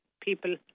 people